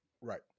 Right